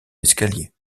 escalier